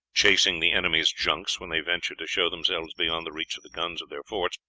chasing the enemy's junks when they ventured to show themselves beyond the reach of the guns of their forts,